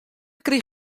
krije